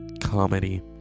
comedy